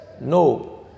No